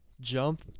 Jump